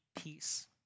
peace